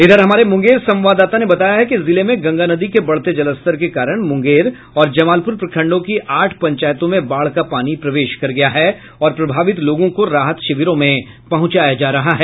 इधर हमारे मुंगेर संवाददाता ने बताया है कि जिले में गंगा नदी के बढ़ते जलस्तर के कारण मुंगेर और जमालपुर प्रखंडों की आठ पंचायतों में बाढ़ का पानी प्रवेश कर गया है और प्रभावित लोगों को राहत शिविरों में पहुंचाया जा रहा है